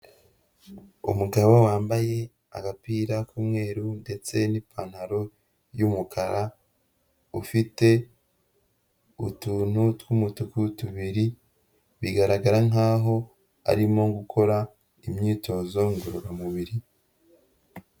Umugabo wambaye agapira k'umweru ndetse n'ipantaro y'umukara, ufite utuntu tw'umutuku tubiri, bigaragara nkaho arimo gukora imyitozo ngororamubiri.